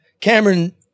Cameron